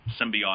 symbiotic